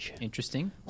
Interesting